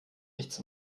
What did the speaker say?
nichts